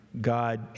God